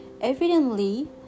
Evidently